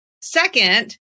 Second